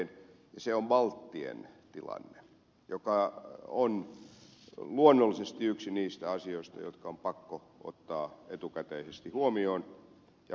se on balttien tilanne joka on luonnollisesti yksi niistä asioista jotka on pakko ottaa etukäteen huomioon ja vakavalla tavalla